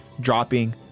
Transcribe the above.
dropping